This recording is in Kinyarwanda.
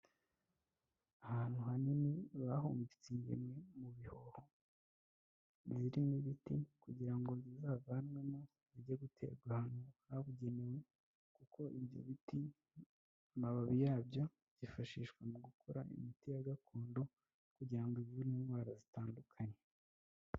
Ahantu hanini bahumbitse ingemwe mu bihoho, zirimo ibiti kugira ngo bizavanwemo bijye guterwa ahantu habugenewe, kuko ibyo biti amababi yabyo yifashishwa mu gukora imiti ya gakondo, kugirango ngo ivure indwara zitandukanye.